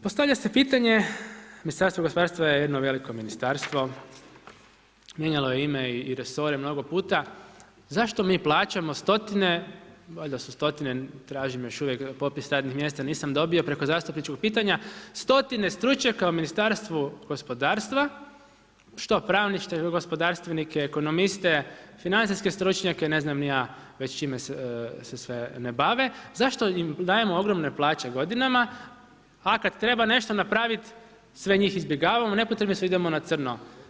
Postavlja se pitanje Ministarstvo gospodarstva je jedno veliko ministarstvo, mijenjalo je ime i resore mnogo puta zašto mi plaćamo stotine valjda su stotine, tražim još uvijek popis radnih mjesta nisam dobio preko zastupničkog pitanja, stotine stručnjaka u Ministarstvu gospodarstva što pravnih, što gospodarstvenike, ekonomiste, financijske stručnjake, ne znam ni ja već s čime se sve ne bave, zašto im dajemo ogromne plaće godinama, a kada treba nešto napraviti sve njih izbjegavamo, nepotrebni su idemo na crno.